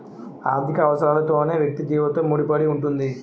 ఆర్థిక అవసరాలతోనే వ్యక్తి జీవితం ముడిపడి ఉంటుంది